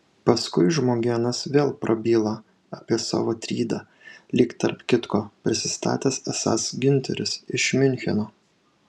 paskui žmogėnas vėl prabyla apie savo trydą lyg tarp kitko prisistatęs esąs giunteris iš miuncheno